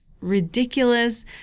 ridiculous